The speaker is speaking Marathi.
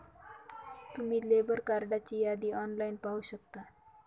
तुम्ही लेबर कार्डची यादी ऑनलाइन पाहू शकता